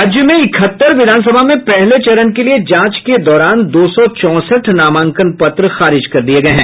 राज्य में इकहत्तर विधानसभा में पहले चरण के लिए जांच के दौरान दो सौ चौंसठ नामांकन पत्र खारिज कर दिए गए हैं